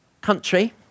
country